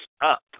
up